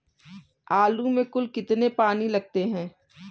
आलू में कुल कितने पानी लगते हैं?